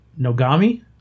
Nogami